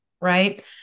Right